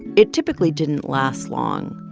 it typically didn't last long.